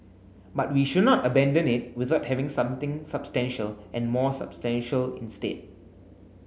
but we should not abandon it without having something substantial and more substantial instead